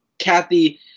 Kathy